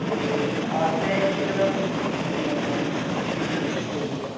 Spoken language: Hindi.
तो आते हैं फिर हम किसी दिन तो